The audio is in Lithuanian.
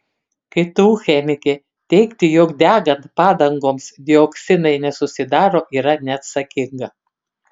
ktu chemikė teigti jog degant padangoms dioksinai nesusidaro yra neatsakinga